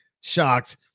shocked